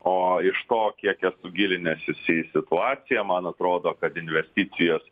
o iš to kiek esu gilinęsis į situaciją man atrodo kad investicijos